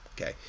okay